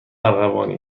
ارغوانی